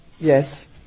Yes